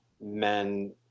men